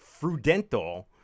Frudental